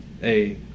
hey